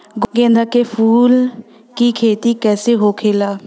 गेंदा के फूल की खेती कैसे होखेला?